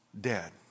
Dead